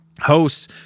Hosts